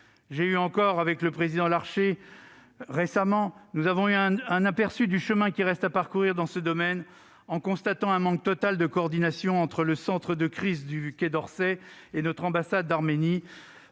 Récemment encore, le président Larcher et moi-même avons eu un aperçu du chemin qui reste à parcourir dans ce domaine, en constatant un manque total de coordination entre le centre de crise du Quai d'Orsay et notre ambassade en Arménie.